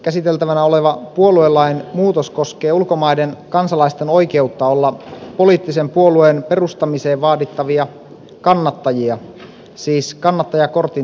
käsiteltävänä oleva puoluelain muutos koskee ulkomaiden kansalaisten oikeutta olla poliittisen puolueen perustamiseen vaadittavia kannattajia siis kannattajakortin täyttäjiä